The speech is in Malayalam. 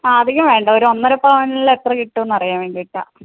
അധികം വേണ്ട ഒരു ഒന്നര പവനില് എത്ര കിട്ടുന്നതെന്ന് അറിയാൻ വേണ്ടിയിട്ട്